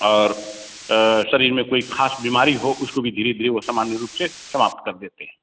और शरीर में कोई ख़ास बीमारी हो उसको भी धीरे धीरे वह सामान्य रूप से समाप्त कर देते हैं